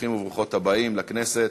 ברוכים וברוכות הבאים לכנסת.